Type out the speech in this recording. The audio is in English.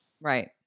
Right